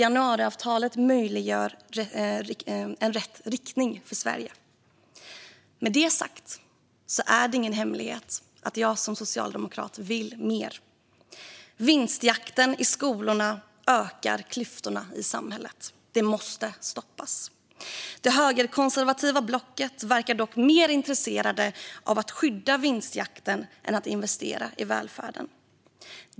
Januariavtalet möjliggör alltså rätt riktning för Sverige. Med det sagt är det ingen hemlighet att jag som socialdemokrat vill mer. Vinstjakten i skolorna ökar klyftorna i samhället. Det måste stoppas. Det högerkonservativa blocket verkar dock mer intresserat av att skydda vinstjakten än av att investera i välfärden.